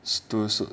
stool suit